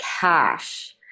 cash